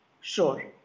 Sure